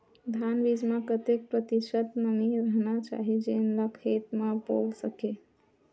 धान बीज म कतेक प्रतिशत नमी रहना चाही जेन ला खेत म बो सके?